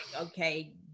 okay